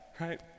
right